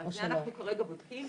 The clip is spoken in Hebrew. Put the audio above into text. את זה אנחנו כרגע בודקים,